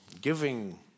giving